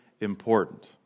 important